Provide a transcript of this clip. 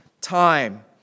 time